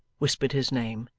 whispered his name.